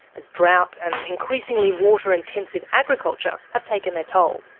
as drought and increasingly water-intensive agriculture have taken their toll.